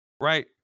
Right